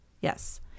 yes